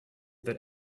that